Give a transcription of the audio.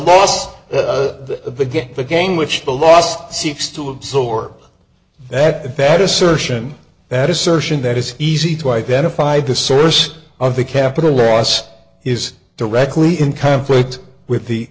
lost the get the game which the last seeks to absorb that bad assertion that assertion that it's easy to identify the source of the capital loss is directly in conflict with the